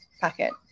packet